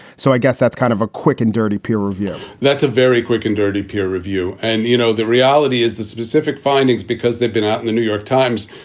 so i guess that's kind of a quick and dirty peer review that's a very quick and dirty peer review. and, you know, the reality is, the specific findings, because they've been out in the new york times,